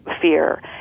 fear